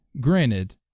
granted